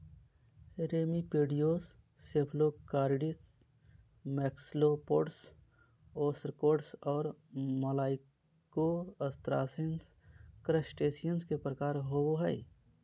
remipedes, cephalocarids, maxillopods, ostracods, और malacostracans, crustaceans के प्रकार होव हइ